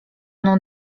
mną